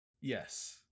Yes